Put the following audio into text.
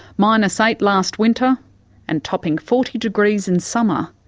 minus ah eight last winter and topping forty degrees in summer.